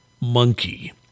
monkey